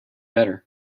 better